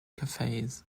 cafes